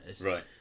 Right